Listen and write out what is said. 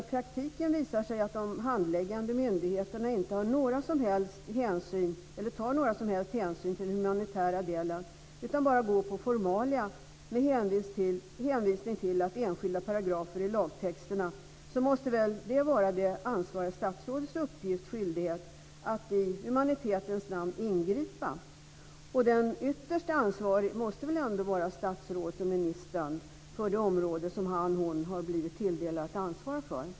I praktiken visar det sig att de handläggande myndigheterna inte tar några som helst hänsyn till den humanitära delen utan man går bara på formalia med hänvisning till enskilda paragrafer i lagtexterna. Det måste väl vara det ansvariga statsrådets uppgift eller skyldighet att i humanitetens namn ingripa. Den ytterst ansvarige måste väl ändå vara statsrådet eller ministern för det område som han eller hon har blivit tilldelad att ansvara för?